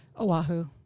Oahu